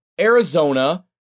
Arizona